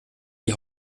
die